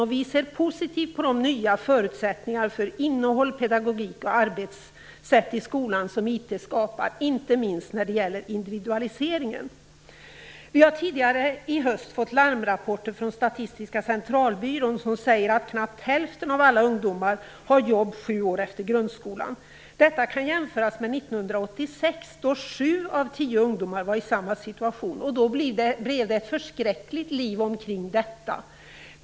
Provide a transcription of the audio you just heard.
Vi kristdemokrater ser positivt på de nya förutsättningar för innehåll, pedagogik och arbetssätt i skolan som IT skapar - inte minst när det gäller individualiseringen. Vi har tidigare i höst fått larmrapporter från Statistiska Centralbyrån som säger att knappt hälften av alla ungdomar har jobb sju år efter grundskolan. Detta kan jämföras med 1986 då sju av tio ungdomar var i samma situation. Då blev det ett förskräckligt liv omkring det.